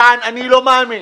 כאן אני לא מאמין,